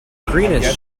greenish